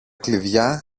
κλειδιά